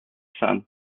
sun